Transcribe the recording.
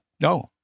No